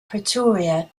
pretoria